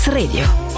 Radio